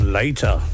later